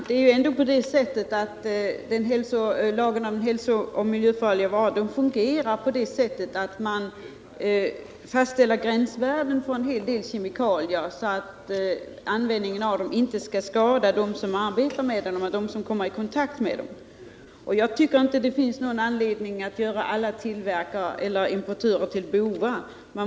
Herr talman! Lagen om hälsooch miljöfarliga varor fungerar så att gränsvärden skall fastställas för olika kemikalier för att undvika att de som kommer i kontakt med dessa i arbetet skadas. Det finns ingen anledning att göra alla tillverkare eller importörer av kemikalier till bovar.